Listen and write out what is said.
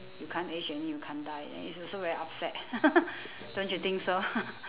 you can't age and then you can't die and it's also very upset don't you think so